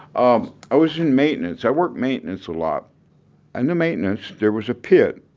um i was in maintenance. i worked maintenance a lot and maintenance, there was a pit.